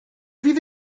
fydd